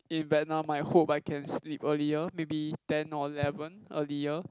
in Vietnam I hope I can sleep earlier maybe ten or eleven earlier